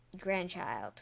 grandchild